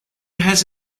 has